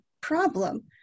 problem